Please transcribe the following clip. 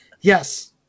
Yes